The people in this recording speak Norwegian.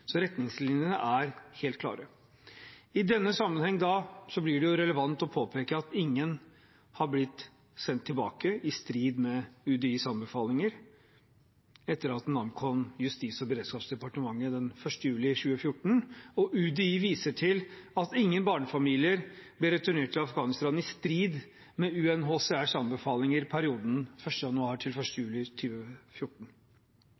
så retningslinjene er helt klare. I denne sammenheng blir det relevant å påpeke at ingen har blitt sendt tilbake i strid med UDIs anbefalinger etter at den ankom Justis- og beredskapsdepartementet den 1. juli 2014, og UDI viser til at ingen barnefamilier ble returnert til Afghanistan i strid med UNHCRs anbefalinger i perioden 1. januar–1. juli 2014. Med disse fakta til